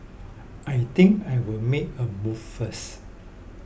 I think I will make a move first